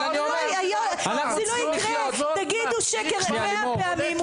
אם תגידו שקר 100 פעמים,